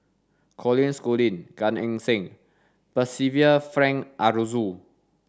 Colin Schooling Gan Eng Seng Percival Frank Aroozoo